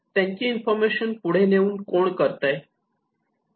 त्यांची इन्फॉर्मेशन पुढे नेऊन कोण करतय